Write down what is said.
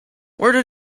where